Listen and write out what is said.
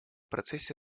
процессе